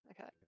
Okay